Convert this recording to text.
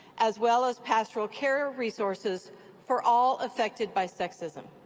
as well as pastoral care resources for all affected by sexism.